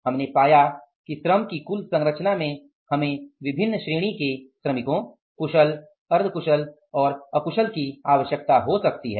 हमने पाया कि श्रम की कुल संरचना में हमें विभिन्न श्रेणी के श्रमिकों कुशल अर्ध कुशल और अकुशल की आवश्यकता हो सकती है